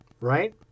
right